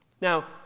Now